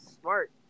smart